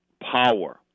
power